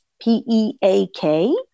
P-E-A-K